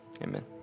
Amen